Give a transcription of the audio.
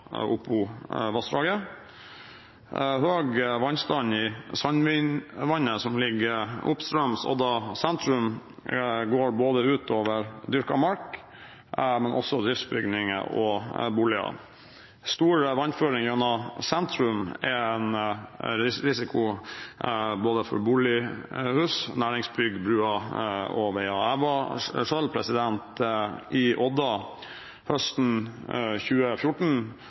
Opovassdraget. Høy vannstand i Sandvinvannet som ligger oppstrøms Odda sentrum, går både ut over dyrket mark og driftsbygninger og boliger. Stor vannføring gjennom sentrum er en risiko både for bolighus, næringsbygg, broer og veier. Jeg var selv i Odda høsten 2014